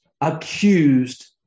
accused